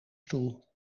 stoel